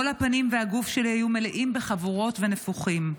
כל הפנים והגוף שלי היו מלאים חבורות ונפוחים.